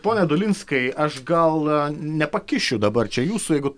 pone dolinskai aš gal nepakišiu dabar čia jūsų jeigu